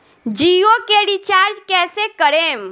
जियो के रीचार्ज कैसे करेम?